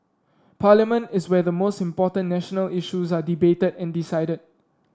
parliament is where the most important national issues are debated and decided